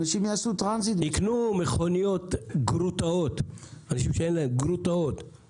אנשים שאין להם ייקנו גרוטאות בגרושים,